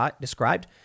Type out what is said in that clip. described